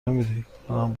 میری، کارم